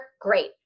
Great